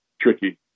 tricky